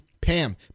Pam